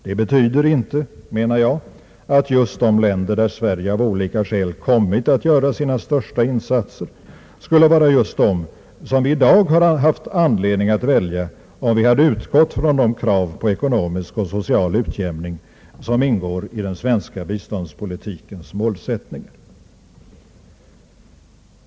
Det betyder inte, menar jag, att just de länder, där Sverige av olika skäl kommit att göra sina största in satser, skulle vara de som vi i dag skulle haft anledning att välja om vi hade utgått från de krav på ekonomisk och social utjämning som ingår i den svenska biståndspolitikens målsättning.